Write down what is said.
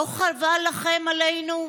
/ לא חבל לכם עלינו?